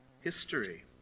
history